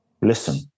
listen